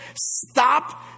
Stop